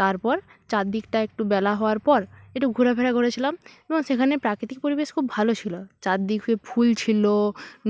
তারপর চারদিকটা একটু বেলা হওয়ার পর একটু ঘোরা ফেরা করেছিলাম এবং সেখানের প্রাকৃতিক পরিবেশ খুব ভালো ছিলো চারদিক ফুল ছিলো